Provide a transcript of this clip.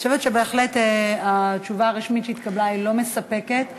אני חושבת שבהחלט התשובה הרשמית שהתקבלה היא לא מספקת,